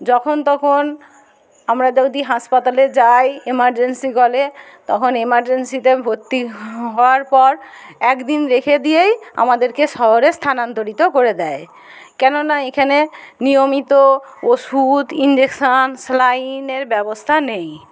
যখন তখন আমরা যদি হাসপাতালে যাই এমার্জেন্সি কলে তখন এমার্জেন্সিতে ভর্তি হওয়ার পর একদিন রেখে দিয়েই আমাদেরকে শহরে স্থানান্তরিত করে দেয় কেননা এখানে নিয়মিত ওষুধ ইনজেকশন সেলাইনের ব্যবস্থা নেই